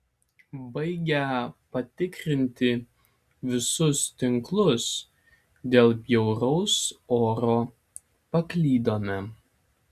baigę patikrinti visus tinklus dėl bjauraus oro paklydome